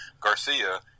Garcia